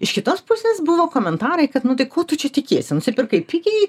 iš kitos pusės buvo komentarai kad nu tai ko tu čia tikiesi nusipirkai pigiai